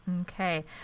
Okay